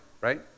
right